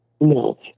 No